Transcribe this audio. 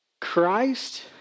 Christ